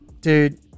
Dude